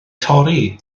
torri